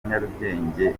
nyarugenge